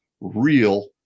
real